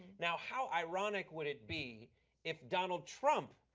now, how ironic would it be if donald trump,